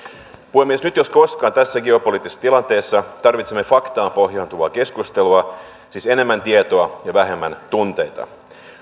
puhemies nyt jos koskaan tässä geopoliittisessa tilanteessa tarvitsemme faktaan pohjautuvaa keskustelua siis enemmän tietoa ja vähemmän tunteita